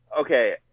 Okay